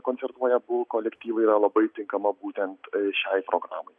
koncertuoja abu kolektyvai yra labai tinkama būtent šiai programai